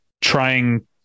trying